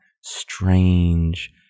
strange